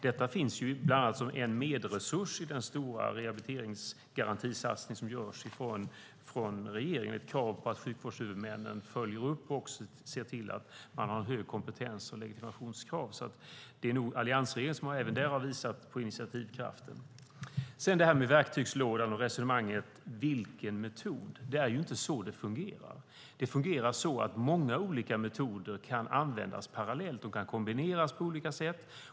Detta finns bland annat som en medresurs i den stora rehabiliteringsgarantisatsning som görs från regeringen, med krav på att sjukvårdshuvudmännen följer upp och ser till att man har hög kompetens och legitimationskrav. Det är nog alliansregeringen som även där har visat på initiativkraften. Sedan beträffande verktygslådan och resonemanget om metod: Det är inte så det fungerar. Det fungerar så att många olika metoder kan användas parallellt och kan kombineras på olika sätt.